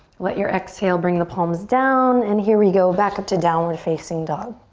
let your exhale bring the palms down. and here we go, back up to downward facing dog.